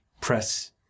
Press